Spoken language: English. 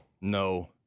No